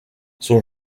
son